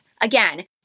Again